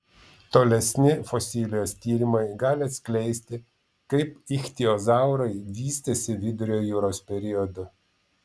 tolesni fosilijos tyrimai gali atskleisti kaip ichtiozaurai vystėsi vidurio jūros periodu